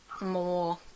more